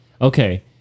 Okay